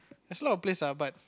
there's a lot place lah but